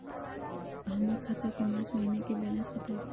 हमर खाता के मार्च महीने के बैलेंस के बताऊ?